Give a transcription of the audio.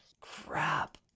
Crap